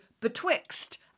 BETWIXT